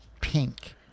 pink